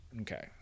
Okay